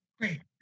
Great